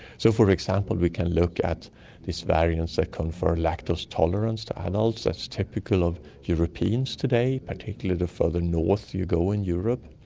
so, for example, we can look at these variants that confer lactose tolerance to adults that's typical of europeans today, particularly the further north you go in europe,